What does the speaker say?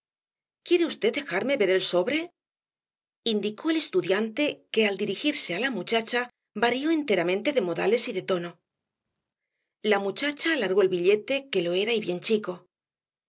quiere v dejarme ver el sobre indicó el estudiante que al dirigirse á la muchacha varió enteramente de modales y de tono la muchacha alargó el billete que lo era y bien chico